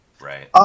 right